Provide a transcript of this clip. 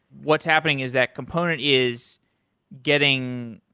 what's happening is that component is getting,